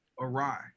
awry